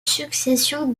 succession